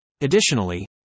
Additionally